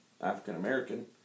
African-American